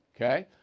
Okay